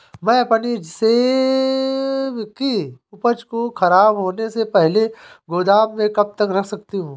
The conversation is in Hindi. मैं अपनी सेब की उपज को ख़राब होने से पहले गोदाम में कब तक रख सकती हूँ?